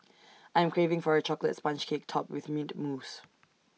I am craving for A Chocolate Sponge Cake Topped with Mint Mousse